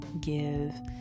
give